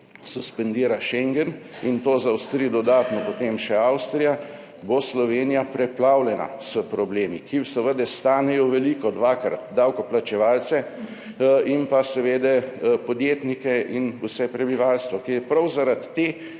suspendira schengen in to zaostri dodatno potem še Avstrija, bo Slovenija preplavljena s problemi, ki seveda stanejo veliko, dvakrat, davkoplačevalce in pa seveda podjetnike in vse prebivalstvo, ki je prav zaradi te